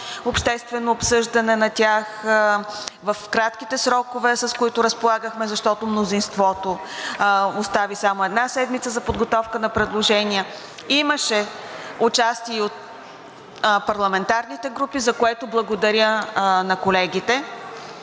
обществено обсъждане на тях в кратките срокове, с които разполагахме, защото мнозинството остави само една седмица за подготовка на предложения. Имаше участие и от парламентарните групи, за което благодаря на колегите.